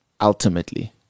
ultimately